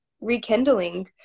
rekindling